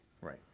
Right